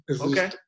Okay